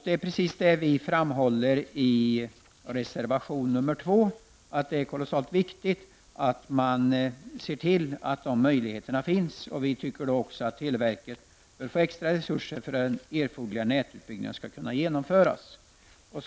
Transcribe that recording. Det är kolossalt viktigt att man ser till att dessa möjligheter finns. Det är precis detta som vi reservanter framhåller i reservation nr 2. Vi anser också att televerket bör få ytterligare resurser för att den erforderliga nätutbyggnaden skall kunna genomföras. Herr talman!